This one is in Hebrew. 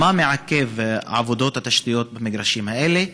1. מה מעכב את עבודות הנחת התשתיות במגרשים אלה?